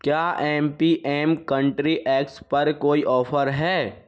क्या M P M country eggs पर कोई ऑफ़र है